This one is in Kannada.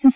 ಎಸ್